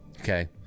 okay